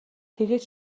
тэгээд